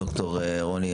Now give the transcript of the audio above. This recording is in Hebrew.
ד"ר רוני,